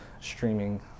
streaming